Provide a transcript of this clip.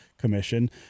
commission